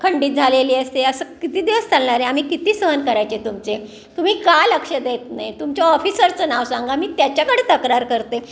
खंडित झालेली असते असं किती दिवस चालणार आहे आम्ही किती सहन करायचे तुमचे तुम्ही का लक्ष देत नाही तुमच्या ऑफिसरचं नाव सांगा मी त्याच्याकडे तक्रार करते